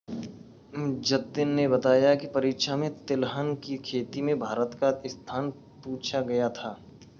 जतिन ने बताया की परीक्षा में तिलहन की खेती में भारत का स्थान पूछा गया था